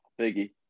Biggie